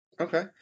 Okay